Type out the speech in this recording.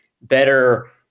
better